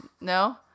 no